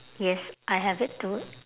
yes I have it too